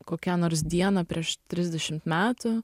kokią nors dieną prieš trisdešimt metų